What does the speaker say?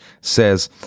says